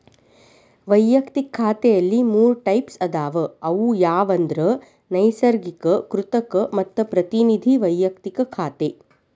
ವಯಕ್ತಿಕ ಖಾತೆಲಿ ಮೂರ್ ಟೈಪ್ಸ್ ಅದಾವ ಅವು ಯಾವಂದ್ರ ನೈಸರ್ಗಿಕ, ಕೃತಕ ಮತ್ತ ಪ್ರತಿನಿಧಿ ವೈಯಕ್ತಿಕ ಖಾತೆ